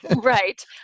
Right